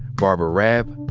barbara raab,